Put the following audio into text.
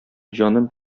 җаным